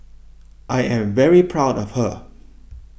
I am very proud of her